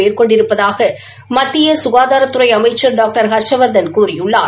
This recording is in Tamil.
மேற்கொண்டிருப்பதாக மத்திய சுகாதாரத்துறை அமைச்சள் டாக்டர் ஹா்ஷவர்தன் கூறியுள்ளார்